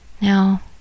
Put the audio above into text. Now